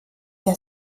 der